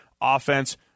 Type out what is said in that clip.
offense